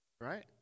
Right